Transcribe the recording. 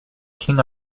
king